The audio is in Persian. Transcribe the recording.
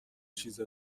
چیز